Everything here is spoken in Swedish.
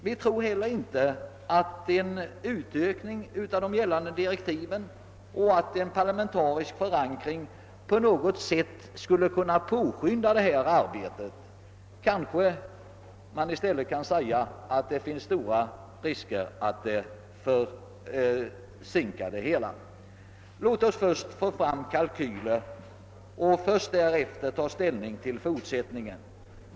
Vi tror inte heller att en utvidgning av gällande direktiv och en parlamentatisk förankring skulle kunna påskynda arbetet — kanske det i stället finns stora risker för att det skulle försinkas. Låt oss först få fram kalkyler och därefter ta ställning till det fortsatta arbetet!